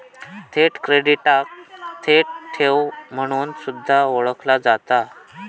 थेट क्रेडिटाक थेट ठेव म्हणून सुद्धा ओळखला जाता